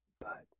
But